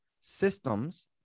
systems